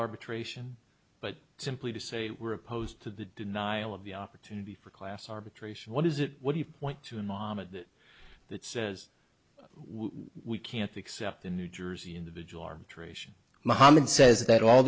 arbitration but simply to say we're opposed to the denial of the opportunity for class arbitration what is it would you point to mamma that that says we can't accept the new jersey individual arbitration mohamed says that all